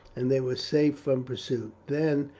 and they were safe from pursuit then,